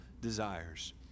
desires